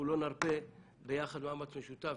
אנחנו לא נרפה, ביחד במאמץ משותף.